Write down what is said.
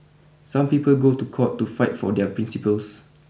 some people go to court to fight for their principles